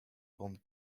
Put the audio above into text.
bande